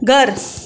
घरु